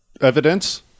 Evidence